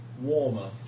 warmer